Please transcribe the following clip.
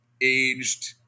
aged